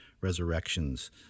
resurrections